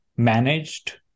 managed